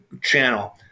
channel